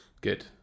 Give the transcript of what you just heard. Good